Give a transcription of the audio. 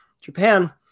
Japan